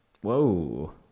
Whoa